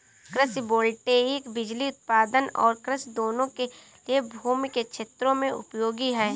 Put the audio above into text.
कृषि वोल्टेइक बिजली उत्पादन और कृषि दोनों के लिए भूमि के क्षेत्रों में उपयोगी है